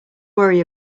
worry